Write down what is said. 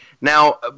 Now